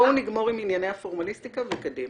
בואו נגמור עם ענייני הפורמליסטיקה וקדימה.